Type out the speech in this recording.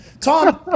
Tom